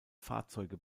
fahrzeuge